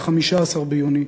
15 ביוני,